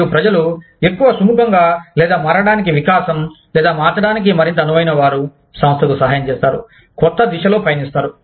మరియు ప్రజలు ఎక్కువ సుముఖంగా లేదా మారడానికి వికాసం లేదా మార్చడానికి మరింత అనువైనవారు సంస్థకు సహాయం చేస్తారు కొత్త దిశలో పయనిస్తారు